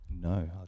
No